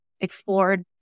explored